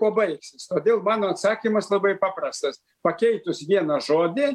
kuo baigsis todėl mano atsakymas labai paprastas pakeitus vieną žodį